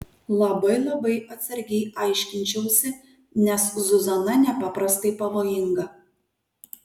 labai labai atsargiai aiškinčiausi nes zuzana nepaprastai pavojinga